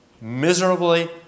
miserably